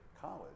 college